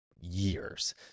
years